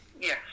Yes